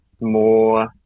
more